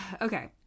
Okay